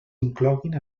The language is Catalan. incloguin